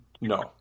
No